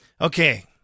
Okay